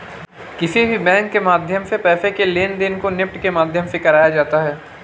किसी भी बैंक के माध्यम से पैसे के लेनदेन को नेफ्ट के माध्यम से कराया जा सकता है